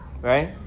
Right